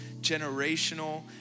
generational